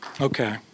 Okay